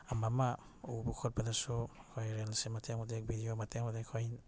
ꯑꯃ ꯑꯃ ꯎꯕ ꯈꯣꯠꯄꯗꯁꯨ ꯑꯩꯈꯣꯏ ꯔꯤꯜꯁꯁꯦ ꯃꯇꯦꯛ ꯃꯇꯦꯛ ꯕꯤꯗꯤꯑꯣ ꯃꯇꯦꯛ ꯃꯇꯦꯛ ꯑꯩꯈꯣꯏ